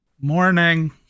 Morning